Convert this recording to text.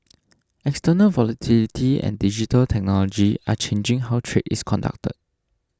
external volatility and digital technology are changing how trade is conducted